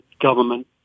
government